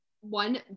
One